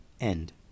end